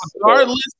Regardless